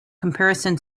comparison